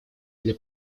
для